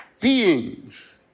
beings